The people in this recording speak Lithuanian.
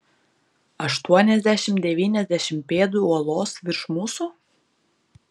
aštuoniasdešimt devyniasdešimt pėdų uolos virš mūsų